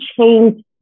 change